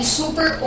super